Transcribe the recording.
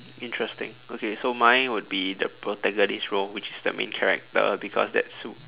interesting okay so mine would be the protagonist role which is the main character because that's w~